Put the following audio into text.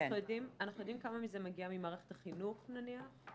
אנחנו יודעים כמה מזה מגיע ממערכת החינוך נניח?